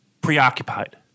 preoccupied